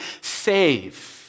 save